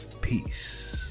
Peace